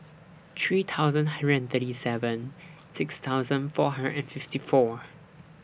three thousand hundred and thirty seven six thousand four hundred and fifty four